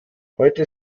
heute